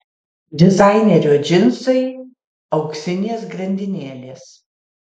dizainerio džinsai auksinės grandinėlės